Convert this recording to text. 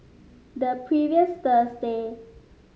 the previous Thursday